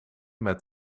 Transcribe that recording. met